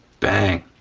bang.